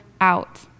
out